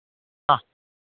ആ